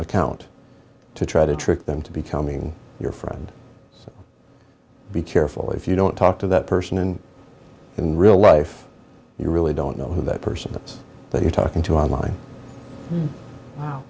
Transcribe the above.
account to try to trick them to becoming your friend so be careful if you don't talk to that person and in real life you really don't know who that person that's that you're talking to online wow